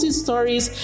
stories